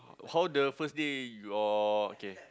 how the first day your okay